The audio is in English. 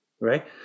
right